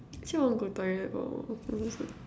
actually I want to go toilet